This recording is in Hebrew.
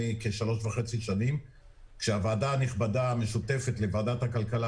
כשלוש שנים וחצי כשהוועדה הנכבדה המשותפת לוועדת הכלכלה